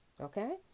Okay